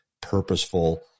purposeful